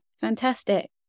fantastic